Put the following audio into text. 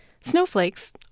Snowflakes